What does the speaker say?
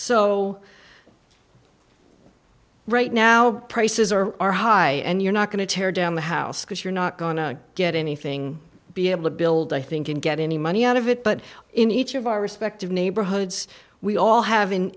now prices are are high and you're not going to tear down the house because you're not going to get anything be able to build i think and get any money out of it but in each of our respective neighborhoods we all have in